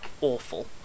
awful